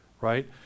right